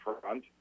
front